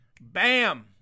Bam